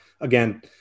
again